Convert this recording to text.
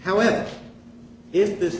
however if this